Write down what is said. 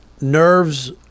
Nerves